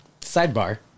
Sidebar